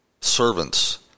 servants